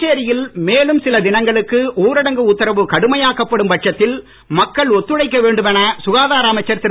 புதுச்சேரியில் மேலும் சில தினங்களுக்கு ஊரடங்கு உத்தரவு கடுமையாக்கப்படும் பட்சத்தில் மக்கள் ஒத்துழைக்க வேண்டும் என சுகாதார அமைச்சர் திரு